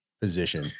position